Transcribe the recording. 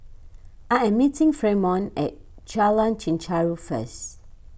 I am meeting Fremont at Jalan Chichau first